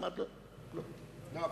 אמרתי לו שלא.